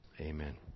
Amen